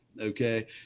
okay